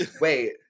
wait